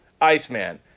Iceman